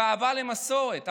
באהבה למסורת,